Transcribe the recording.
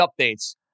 updates